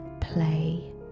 play